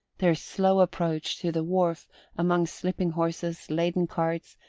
their slow approach to the wharf among slipping horses, laden carts,